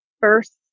first